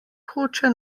hoče